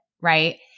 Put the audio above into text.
right